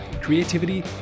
creativity